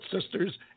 Sisters